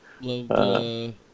Love